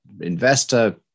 investor